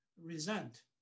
resent